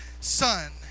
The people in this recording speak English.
son